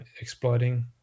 exploiting